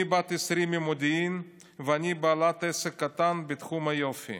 אני בת 20 ממודיעין ואני בעלת עסק קטן בתחום היופי.